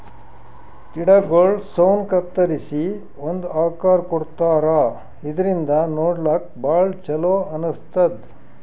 ಗಿಡಗೊಳ್ ಸೌನ್ ಕತ್ತರಿಸಿ ಒಂದ್ ಆಕಾರ್ ಕೊಡ್ತಾರಾ ಇದರಿಂದ ನೋಡ್ಲಾಕ್ಕ್ ಭಾಳ್ ಛಲೋ ಅನಸ್ತದ್